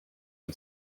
une